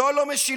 זו לא משילות,